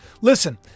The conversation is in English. Listen